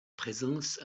présence